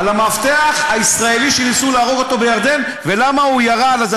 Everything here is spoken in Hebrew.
על המאבטח הישראלי שניסו להרוג אותו בירדן ולמה הוא ירה על הזה.